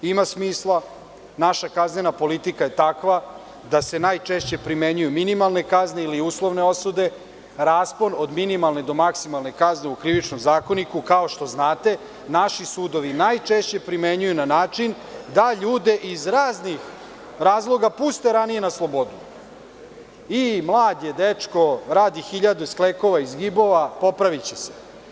Ima smisla, naša kaznena politika je takva da se najčešće primenjuju minimalne kazne ili uslovne osude, raspon od minimalne do maksimalne kazne u Krivičnom zakoniku, kao što znate, naši sudovi najčešće primenjuju na način da ljude iz raznih razloga puste ranije na slobodu, mlad je dečko, radi hiljadu sklekova i zgibova, popraviće se.